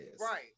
Right